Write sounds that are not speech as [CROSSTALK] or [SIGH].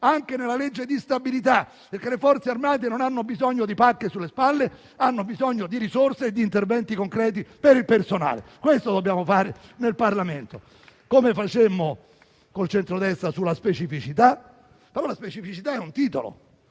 anche in sede di bilancio, perché le Forze armate non hanno bisogno di pacche sulle spalle, ma hanno bisogno di risorse e di interventi concreti per il personale. [APPLAUSE] Questo dobbiamo fare nel Parlamento, come facemmo come centrodestra sulla specificità. Ma la specificità è un titolo,